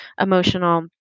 emotional